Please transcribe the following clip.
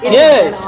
yes